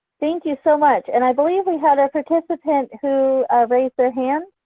thank you so like and i believe we had a participant who raised their hand.